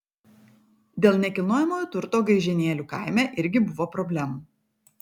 dėl nekilnojamojo turto gaižėnėlių kaime irgi buvo problemų